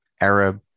Arab